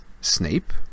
Snape